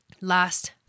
last